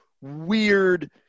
weird